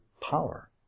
power